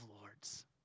lords